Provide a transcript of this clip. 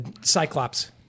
Cyclops